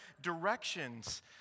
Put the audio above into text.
directions